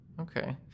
Okay